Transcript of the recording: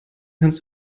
kannst